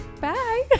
Bye